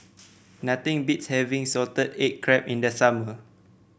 nothing beats having Salted Egg Crab in the summer